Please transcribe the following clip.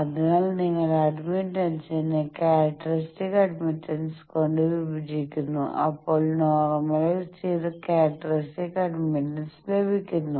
അതിനാൽ നിങ്ങൾ അഡ്മിറ്റൻസിനെ ക്യാരക്ടറിസ്റ്റിക് അഡ്മിറ്റൻസ് കൊണ്ട് വിഭജിക്കുന്നു അപ്പോൾ നോർമലൈസ് ചെയ്ത ക്യാരക്ടറിസ്റ്റിക് അഡ്മിറ്റൻസ് ലഭിക്കുന്നു